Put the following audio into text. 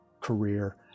career